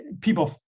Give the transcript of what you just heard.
people